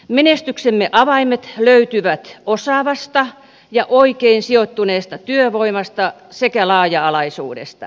menestyksemme avaimet löytyvät osaavasta ja oikein sijoittuneesta työvoimasta sekä laaja alaisuudesta